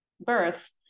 birth